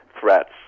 threats